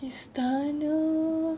istana